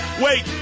Wait